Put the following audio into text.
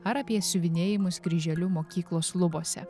ar apie siuvinėjimus kryželiu mokyklos lubose